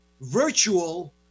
virtual